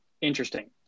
interesting